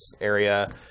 area